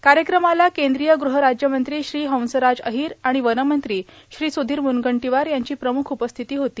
या कार्यक्रमाला केंद्रीय गृहराज्यमंत्री श्री हंसराज अहीर आणि वनमंत्री श्री सुधीर मुनगंटीवार यांची प्रमुख उपस्थिती होती